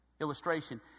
illustration